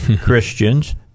Christians